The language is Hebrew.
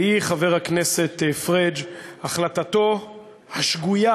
והיא, חבר הכנסת פריג', החלטתו השגויה